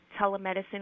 telemedicine